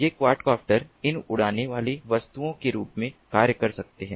ये quadcopter इन उड़ने वाली वस्तुओं के रूप में कार्य कर सकते हैं